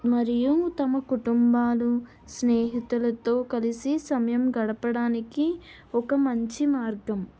మరియు తమ కుటుంబాలు స్నేహితులతో కలిసి సమయం గడపడానికి ఒక మంచి మార్గం